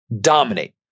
dominate